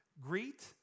Greet